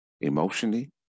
emotionally